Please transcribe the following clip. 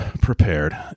prepared